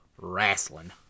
wrestling